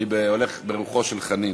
אני הולך ברוחו של חנין.